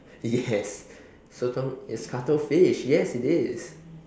yes sotong is cuttlefish yes it is